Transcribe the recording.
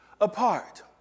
apart